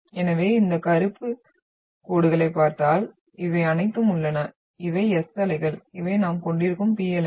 எனவே இந்த கருப்பு கோடுகளைப் பார்த்தால் இவை அனைத்தும் உள்ளன இவை S அலைகள் இவை நாம் கொண்டிருக்கும் P அலைகள்